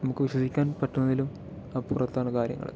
നമുക്ക് വിശ്വസിക്കാൻ പറ്റുന്നതിലും അപ്പുറത്താണ് കാര്യങ്ങൾ